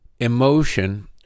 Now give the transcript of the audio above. emotion